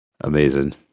Amazing